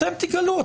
אתם תגלו,